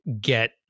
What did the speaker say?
get